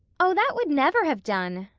oh, that would never have done,